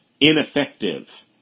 ineffective